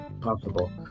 possible